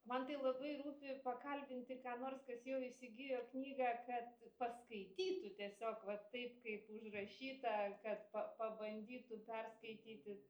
man tai labai rūpi pakalbinti ką nors kas jau įsigijo knygą kad paskaitytų tiesiog va taip kaip užrašyta kad pabandytų perskaityti